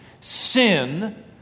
sin